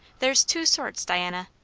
there's two sorts, diana.